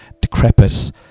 decrepit